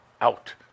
out